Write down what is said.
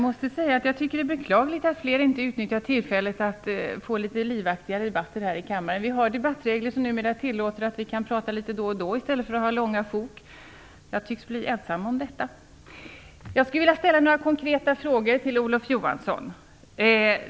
Fru talman! Det är beklagligt att fler inte utnyttjar tillfället att åstadkomma litet livaktigare debatter här i kammaren. Debattreglerna tillåter numera att vi kan prata litet då och då i stället för att ha långa sjok. Jag tycks bli ensam om detta. Jag vill ställa några konkreta frågor till Olof Johansson.